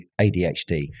ADHD